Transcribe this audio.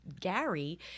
Gary